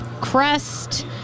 crest